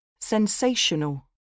Sensational